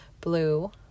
blue